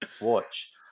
watch